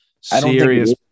serious